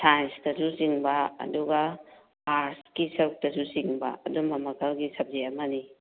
ꯁꯥꯏꯟꯁꯇꯁꯨ ꯆꯤꯡꯕ ꯑꯗꯨꯒ ꯑꯥꯔꯠꯁꯀꯤ ꯁꯔꯨꯛꯇꯁꯨ ꯆꯤꯡꯕ ꯑꯗꯨꯒꯨꯝꯕ ꯃꯈꯜꯒꯤ ꯁꯕꯖꯦꯛ ꯑꯃꯅꯤ